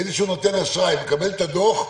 איזשהו נותן אשראי מקבל את הדוח,